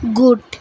good